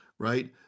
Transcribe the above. right